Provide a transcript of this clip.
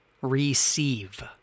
Receive